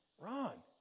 Wrong